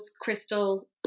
crystal